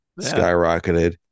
Skyrocketed